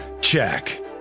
Check